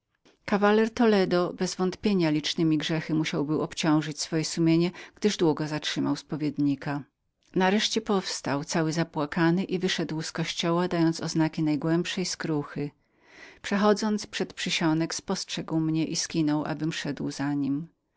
kawaler toledo bezwątpienia licznemi grzechy musiał był obciążyć swoje sumienie gdyż długo zatrzymywał spowiednika nareszcie powstał cały zapłakany i wyszedł z kościoła dając znaki najgłębszej skruchy mijając przysionek spostrzegł mnie i dał znak abym szedł za nim